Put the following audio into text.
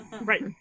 right